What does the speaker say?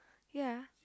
ya